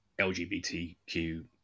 LGBTQ